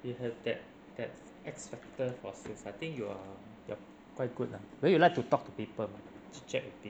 you have that that X factor for sales I think you are you're quite good lah then you like to talk to people chit chat everything